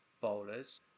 bowlers